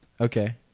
Okay